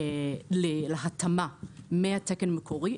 להתאמה מהתקן המקורי,